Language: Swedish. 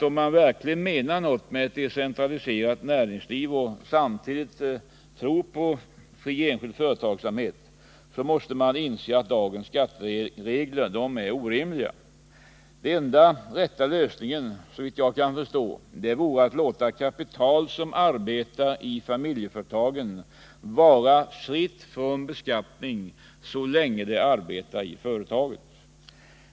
Om man verkligen menar något med ett decentraliserat näringsliv och samtidigt tror på fri, enskild företagsamhet, så måste man också inse att dagens skatteregler är orimliga. Den enda och rätta lösningen, såvitt jag förstår, vore att låta kapital som arbetar i familjeföretag vara fritt från beskattning så länge det stannar i företaget.